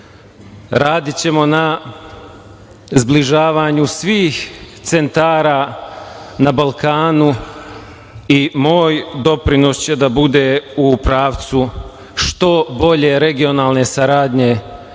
radićemo na zbližavanju svih centara na Balkanu i moj doprinos će da bude u pravcu što bolje regionalne saradnje